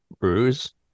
bruise